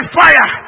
fire